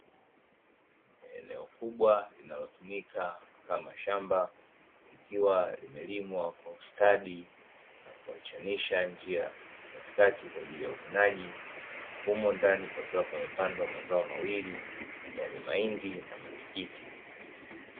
Eneo kubwa linalotumika kama shamba, likiwa limelimwa kwa ustadi na kuachanisha njia katikati kwa ajili ya uvunaji, humo ndani pakiwa pamepandwa mazao mawili, yani mahindi na matikiti.